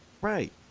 Right